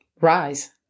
rise